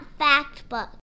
Factbook